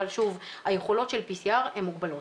שוב, היכולות של PCR הן מוגבלות.